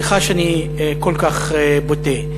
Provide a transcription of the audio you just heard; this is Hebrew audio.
סליחה שאני כל כך בוטה.